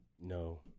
no